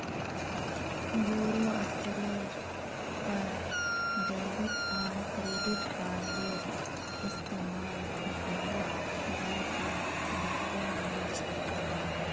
बोरो स्तरेर पर डेबिट आर क्रेडिट कार्डेर इस्तमाल भारत भर त दखवा मिल छेक